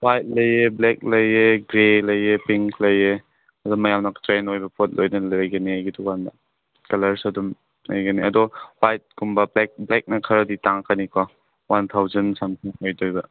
white ꯂꯩꯑꯦ black ꯂꯩꯑꯦ grey ꯂꯩꯑꯦ ꯄꯤꯡ ꯂꯩꯑꯦ ꯑꯗꯨꯝ ꯃꯌꯥꯝꯅ ꯇ꯭ꯔꯦꯟ ꯑꯣꯏꯕ ꯄꯣꯠ ꯂꯣꯏꯅ ꯂꯩꯒꯅꯤ ꯑꯩꯒꯤ ꯗꯨꯀꯥꯟꯗ ꯀꯂꯔꯁꯨ ꯑꯗꯨꯝ ꯂꯩꯒꯅꯤ ꯑꯗꯣ ꯋꯥꯏꯠꯀꯨꯝꯕ ꯕ꯭ꯂꯦꯛ ꯕ꯭ꯂꯦꯛꯅ ꯈꯔꯗꯤ ꯇꯥꯡꯉꯛꯀꯅꯤ ꯀꯣ ꯋꯥꯟ ꯊꯥꯎꯖꯟ ꯁꯝꯊꯤꯡ ꯂꯩꯗꯣꯏꯕ